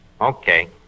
okay